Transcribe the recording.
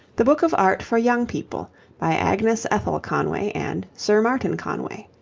the book of art for young people by agnes ethel conway and sir martin conway